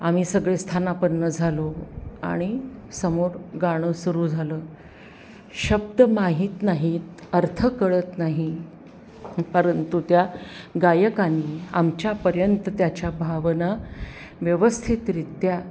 आम्ही सगळे स्थानापन्न झालो आणि समोर गाणं सुरू झालं शब्द माहीत नाहीत अर्थ कळत नाही परंतु त्या गायकांनी आमच्यापर्यंत त्याच्या भावना व्यवस्थितरित्या